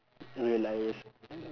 realise